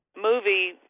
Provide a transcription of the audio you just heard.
movie